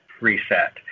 reset